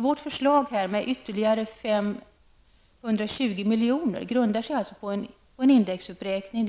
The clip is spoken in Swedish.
Vårt förslag om ytterligare 520 milj.kr. grundar sig på en indexuppräkning